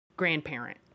grandparent